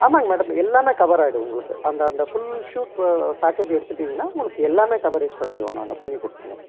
ஆமாங்க மேடம் எல்லாமே கவர் ஆயிடும் உங்களுக்கு அந்தந்த ஃபுல் ஷூட் பேக்கேஜ் எடுத்துட்டிங்ன்னா உங்களுக்கு எல்லாமே கவரேஜ் பண்ணிவிடுவோம் நாங்கள் பண்ணிக்கொடுத்துடுவோம்